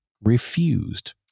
refused